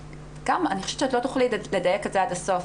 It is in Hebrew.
אני חושבת שאת לא תוכלי לדייק את זה עד הסוף,